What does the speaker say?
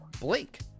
Blake